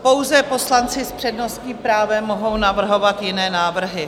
Pouze poslanci s přednostním právem mohou navrhovat jiné návrhy.